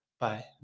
Bye